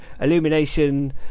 Illumination